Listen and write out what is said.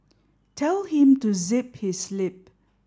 tell him to zip his lip